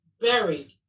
buried